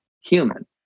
human